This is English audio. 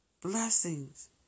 blessings